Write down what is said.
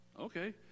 Okay